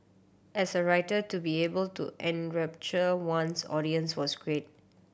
as a writer to be able to enrapture one's audience was great